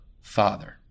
Father